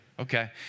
Okay